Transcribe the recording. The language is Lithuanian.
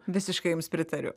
visiškai jums pritariu